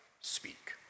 speak